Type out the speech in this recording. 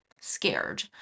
scared